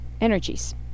energies